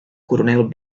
coronel